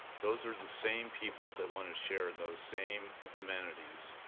those are the same people that want to share in those same amenities,